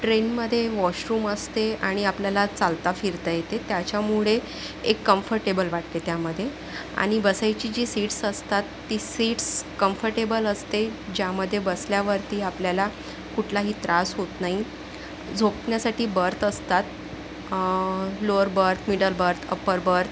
ट्रेनमध्ये वॉशरूम असते आणि आपल्याला चालता फिरता येते त्याच्यामुळे एक कम्फर्टेबल वाटते त्यामध्ये आणि बसायची जी सीट्स असतात ती सीट्स कम्फर्टेबल असते ज्यामध्ये बसल्यावरती आपल्याला कुठलाही त्रास होत नाही झोपण्यासाठी बर्थ असतात lower berth middle berth upper birth